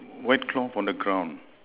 wet cloth on the ground